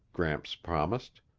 gramps promised.